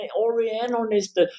orientalist